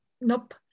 nope